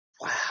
Wow